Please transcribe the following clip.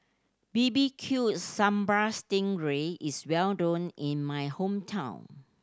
B B Q Sambal sting ray is well known in my hometown